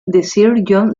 john